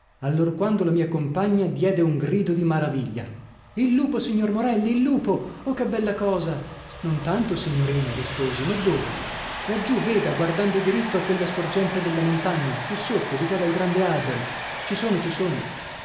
allorquando la mia compagna diede un grido di maraviglia il lupo signor morelli il lupo oh che bella cosa non tanto signorina risposi ma dove laggiù veda guardando diritto a quella sporgenza della montagna più sotto di qua dal grande albero ci sono ci sono